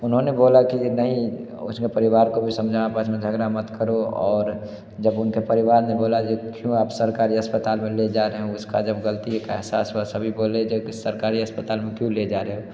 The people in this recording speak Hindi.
उन्होंने बोला कि नहीं उसने परिवार को भी समझा आपस में झगड़ा मत करो और जब उनके परिवार ने बोला जी क्यों आप सरकारी अस्पताल में ले जा रहे हैं उसको जब ग़लती का एहसास हुआ सभी बोले जो सरकारी अस्पताल में क्यों ले जा रहे हो